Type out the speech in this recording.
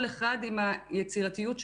כל אחד עם היצירתיות שלו.